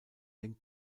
den